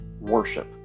worship